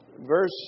Verse